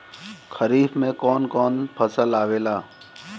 खरीफ में कौन कौन फसल आवेला?